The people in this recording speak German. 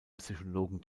psychologen